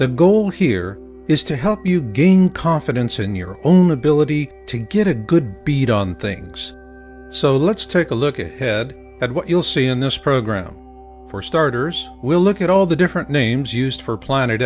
the goal here is to help you gain confidence in your own ability to get a good bead on things so let's take a look ahead at what you'll see in this program for starters we'll look at all the different names used for planet